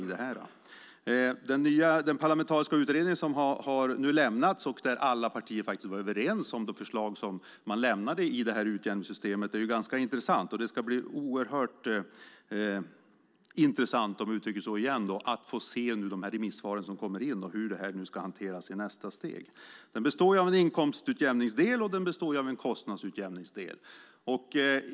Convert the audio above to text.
Den parlamentariska utredningen har nu avslutats, och alla partier var faktiskt överens om förslagen när det gäller utjämningssystemet. Det är ganska intressant, och det ska bli oerhört intressant, om jag uttrycker mig så igen, att få se de remissvar som kommer in och hur det här ska hanteras i nästa steg. Utjämningssystemet består av en inkomstutjämningsdel, och det består av en kostnadsutjämningsdel.